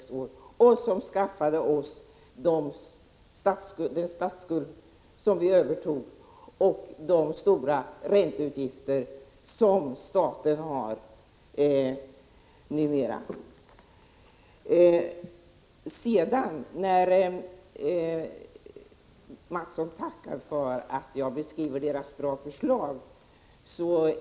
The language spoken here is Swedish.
Det var en politik som skaffade oss den betydande statsskuld som vi övertog och de stora ränteutgifter som staten numera har. Mattsson tackade för att jag beskrev centerns bra förslag.